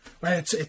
right